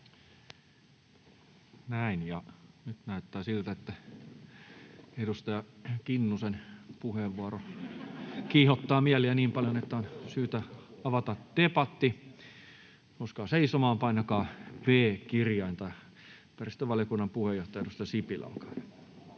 Näin. — Nyt näyttää siltä, että edustaja Kinnusen puheenvuoro kiihottaa mieliä niin paljon, että on syytä avata debatti. Nouskaa seisomaan, painakaa V-kirjainta. — Ympäristövaliokunnan puheenjohtaja, edustaja Sipilä, olkaa